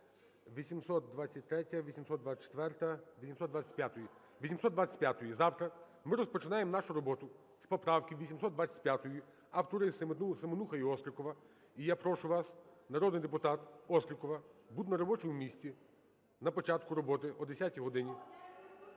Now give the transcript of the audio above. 825-ї. З 825-ї, завтра ми розпочинаємо нашу роботу з поправки 825. Автори – Семенуха і Острікова. І я прошу вас, народний депутат Острікова, бути на робочому місці на початку роботи о 10 годині.